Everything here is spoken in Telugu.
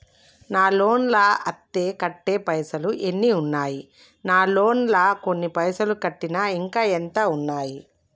నా లోన్ లా అత్తే కట్టే పైసల్ ఎన్ని ఉన్నాయి నా లోన్ లా కొన్ని పైసల్ కట్టిన ఇంకా ఎంత ఉన్నాయి?